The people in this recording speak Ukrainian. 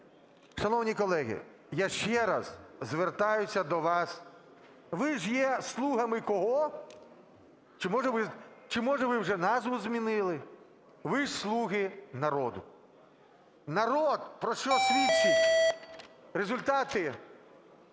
Шановні колеги, я ще раз звертаюся до вас. Ви ж є слугами кого? Чи, може, ви вже назву змінили? Ви ж "слуги народу". Народ, про що свідчать результати